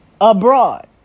abroad